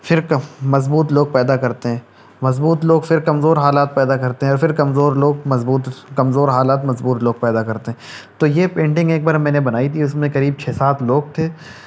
پھر مضبوط لوگ پیدا کرتے ہیں مضبوط لوگ پھر کمزور حالات پیدا کرتے ہیں پھر کمزور لوگ مضبوط کمزور حالات مضبوط لوگ پیدا کرتے ہیں تو یہ پینٹنگ ایک بار میں نے بنائی تھی اس میں قریب چھ سات لوگ تھے